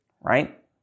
right